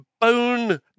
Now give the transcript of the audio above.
bone